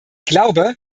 glaube